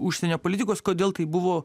užsienio politikos kodėl taip buvo